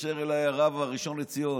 התקשר אליי הרב הראשון לציון,